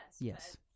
Yes